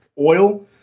oil